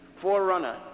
forerunner